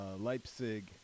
Leipzig